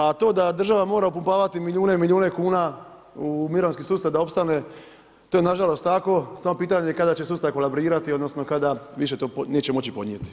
A to da država mora upumpavati milijune i milijune kuna u mirovinski sustav da opstane, to je nažalost tako, samo je pitanje kad će sustav kolabrirati, odnosno kada više to neće moći podnijeti.